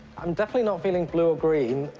i'm definitely not feeling blue or green.